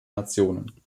nationen